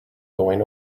going